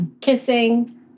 kissing